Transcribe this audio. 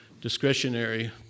discretionary